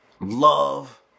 love